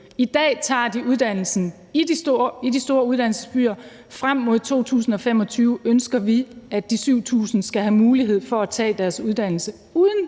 I dag tager de uddannelsen i de store uddannelsesbyer. Frem mod 2025 ønsker vi at de 7.000 skal have mulighed for at tage deres uddannelse uden